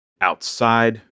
outside